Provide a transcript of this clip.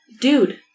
dude